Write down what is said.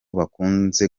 bakunzwe